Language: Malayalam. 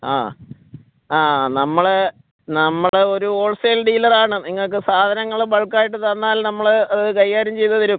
ആ ആ നമ്മൾ നമ്മുടെ ഒരു ഹോള് സെയില് ഡീലറാണ് നിങ്ങൾക്ക് സാധനങ്ങൾ ബള്ക്കായിട്ടു തന്നാല് നമ്മൾ അത് കൈകാര്യം ചെയ്തു തരും